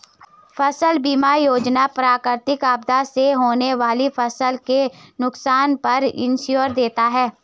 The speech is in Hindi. फसल बीमा योजना प्राकृतिक आपदा से होने वाली फसल के नुकसान पर इंश्योरेंस देता है